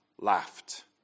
laughed